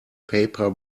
paper